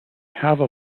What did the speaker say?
have